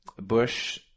Bush